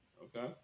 Okay